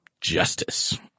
justice